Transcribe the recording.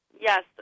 Yes